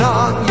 on